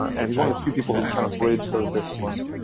and he's one of the few people who kind of bridged those disciplines.